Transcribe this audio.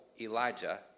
Elijah